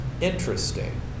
Interesting